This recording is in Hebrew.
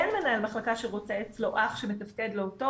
אין מנהל מחלקה שרוצה אצלו אח שמתפקד לא טוב